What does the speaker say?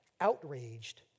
outraged